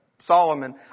Solomon